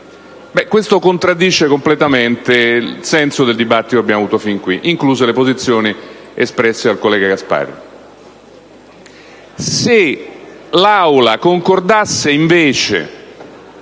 questo contraddice completamente il senso del dibattito svoltosi fin qui, incluse le posizioni espresse dal collega Gasparri.